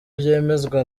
byemezwa